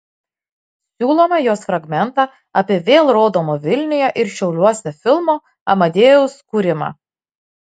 siūlome jos fragmentą apie vėl rodomo vilniuje ir šiauliuose filmo amadeus kūrimą